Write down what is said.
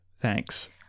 Thanks